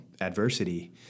adversity